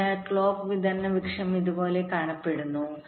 അതിനാൽ ക്ലോക്ക് വിതരണ മരം ഇതുപോലെ കാണപ്പെടുന്നു